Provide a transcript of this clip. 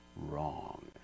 wrong